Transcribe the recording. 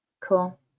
Cool